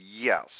yes